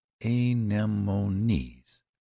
anemones